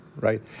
right